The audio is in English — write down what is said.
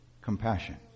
compassion